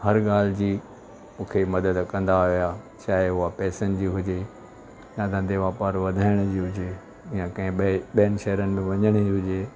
हर ॻाल्हि जी मूंखे मदद कंदा हुया चाहे उहा पैसनि जी हुजे या धंधे वापारु वधाइणु जी हुजे या कंहिं ॿियनि शहरनि में वञण जी हुजे